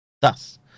Thus